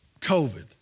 COVID